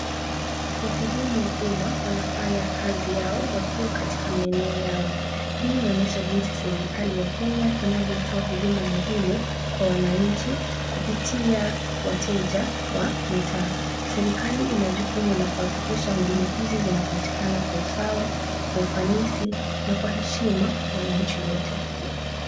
Wahudumu wa umma wanafanya kazi yao wakiwa katika maeneo yao. Hii inaonyesha jinsi serikali ya Kenya inavyotoa huduma muhimu kwa wananchi kupitia wateja wa mitaa. Serikali ina jukumu la kuhakikisha huduma hizi zinapatikana kwa usawa, kwa ufanisi na kwa heshima kwa wananchi wote.